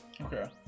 Okay